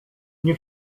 nie